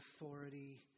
authority